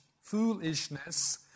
foolishness